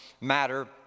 matter